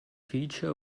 feature